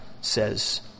says